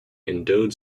endowed